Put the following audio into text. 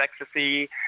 ecstasy